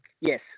Yes